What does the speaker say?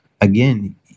again